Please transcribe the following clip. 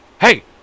Hey